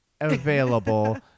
available